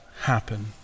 happen